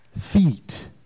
feet